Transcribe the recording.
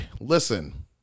listen